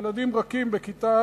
ילדים רכים בכיתה א'.